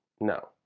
No